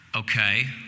Okay